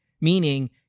Meaning